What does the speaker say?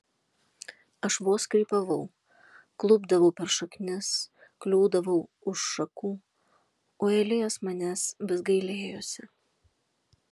aš vos krypavau klupdavau per šaknis kliūdavau už šakų o elijas manęs vis gailėjosi